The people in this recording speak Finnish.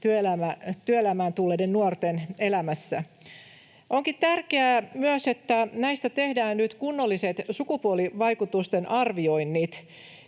työelämään tulleiden nuorten elämässä. Onkin tärkeätä myös se, että näistä tehdään nyt kunnolliset sukupuolivaikutusten arvioinnit,